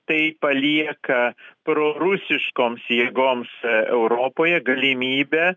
tai palieka prorusiškoms jėgoms europoje galimybę